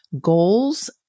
goals